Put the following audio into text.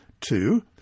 two